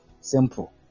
simple